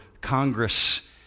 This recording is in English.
Congress